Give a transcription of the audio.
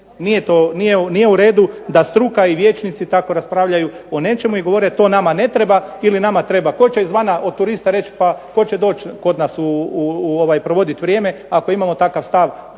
Nije u redu da struka i vijećnici tako raspravljaju o nečemu i govore to nama ne treba ili nama treba, to će izvana od turista reć pa tko će doći kod nas provoditi vrijeme ako imamo takav stav,